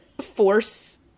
force